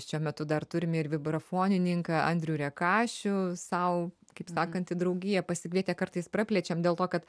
šiuo metu dar turim ir vibrafonininko andrių rekašių sau kaip sakant į draugiją pasikvietę kartais praplečiame dėl to kad